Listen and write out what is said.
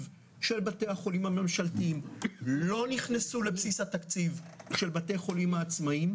של בתי החולים הממשלתיים ולא נכנסו לבסיס התקציב של בתי החולים העצמאיים.